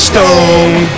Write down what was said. Stone